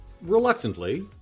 reluctantly